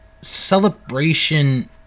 celebration